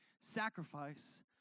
sacrifice